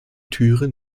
türen